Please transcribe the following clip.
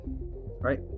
right